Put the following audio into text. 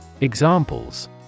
Examples